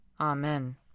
Amen